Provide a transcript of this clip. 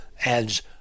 adds